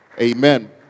Amen